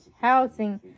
housing